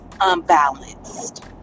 unbalanced